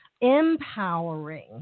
empowering